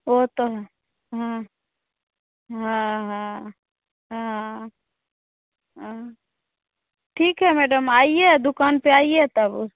और तो हाँ हाँ हाँ हाँ हाँ ठीक है मैडम आइये दुकान पर आइये तब